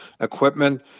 equipment